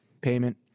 payment